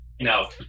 no